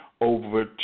over